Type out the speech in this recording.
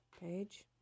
page